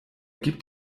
gibt